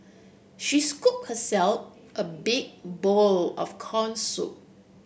she scoop herself a big bowl of corn soup